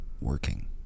working